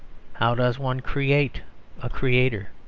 how does one create a creator?